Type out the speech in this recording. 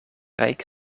rijk